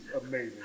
amazing